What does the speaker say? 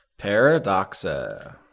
Paradoxa